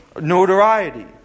notoriety